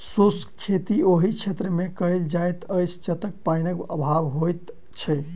शुष्क खेती ओहि क्षेत्रमे कयल जाइत अछि जतय पाइनक अभाव होइत छै